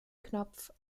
knopf